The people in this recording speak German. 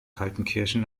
kaltenkirchen